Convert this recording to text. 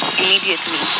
immediately